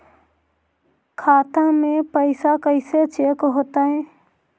खाता में पैसा कैसे चेक हो तै?